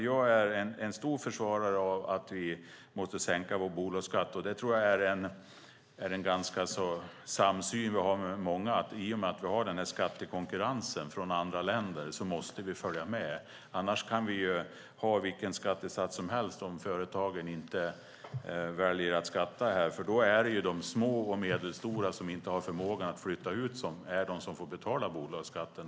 Jag är en stor försvarare av att vi måste sänka vår bolagsskatt. Det tror jag är en samsyn vi har med många. I och med att vi har skattekonkurrensen från andra länder måste vi följa med. Vi kan ha vilken skattesats som helst om företagen inte väljer att skatta här. Det är då de små och medelstora företagen som inte har förmågan att flytta ut som får betala bolagsskatten.